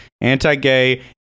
anti-gay